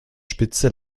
spitze